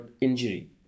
injury